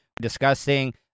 discussing